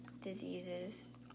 diseases